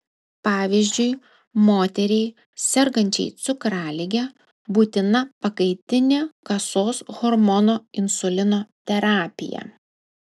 pavyzdžiui moteriai sergančiai cukralige būtina pakaitinė kasos hormono insulino terapija